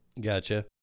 Gotcha